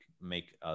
make